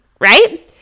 right